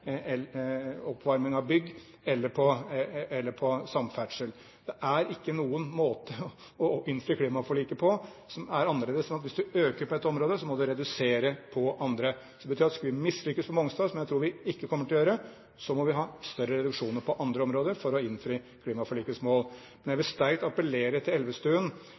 oppvarming av bygg eller på samferdsel. Det er ikke noen måte å innfri klimaforliket på som er annerledes enn at hvis du øker på ett område, må du redusere på andre. Det betyr at skulle vi mislykkes på Mongstad, som jeg tror vi ikke kommer til å gjøre, må vi ha større reduksjoner på andre områder for å innfri klimaforlikets mål. Men jeg vil sterkt appellere til representanten Elvestuen